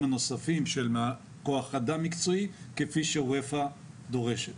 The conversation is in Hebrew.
הנוספים של כוח אדם מקצועי כפי שאופ"א דורשת.